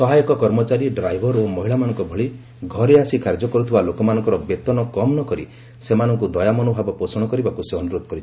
ସହାୟକ କର୍ମଚାରୀ ଡ୍ରାଇଭର ଓ ମାଳିମାନଙ୍କ ଭଳି ଘରେ ଆସି କାର୍ଯ୍ୟ କରୁଥିବା ଲୋକମାନଙ୍କର ବେତନ କମ୍ ନ କରି ସମସ୍ତଙ୍କୁ ଦୟାମନୋଭାବ ପୋଷଣ କରିବାକୁ ସେ ଅନୁରୋଧ କରିଛନ୍ତି